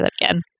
again